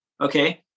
Okay